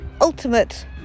ultimate